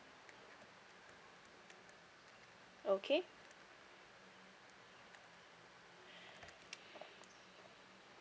okay